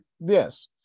Yes